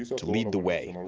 to lead the way.